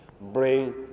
bring